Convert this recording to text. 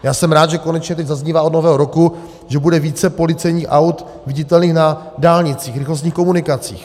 Já jsem rád, že konečně zaznívá od Nového roku, že bude více policejních aut viditelných na dálnicích, na rychlostních komunikacích.